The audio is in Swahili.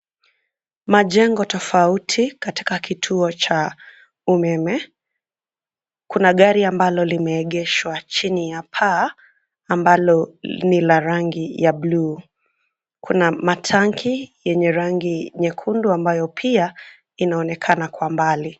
Majengo tofauti katika kituo cha umeme. Kuna gari ambalo limeegeshwa chini ya paa ambalo ni la rangi ya bluu. Kuna matangi yenye rangi nyekundu ambayo pia inaonekana kwa mbali.